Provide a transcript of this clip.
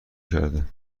کرده